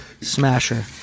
smasher